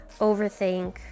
overthink